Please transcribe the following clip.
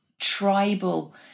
tribal